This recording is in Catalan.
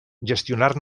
gestionar